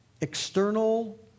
external